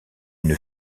une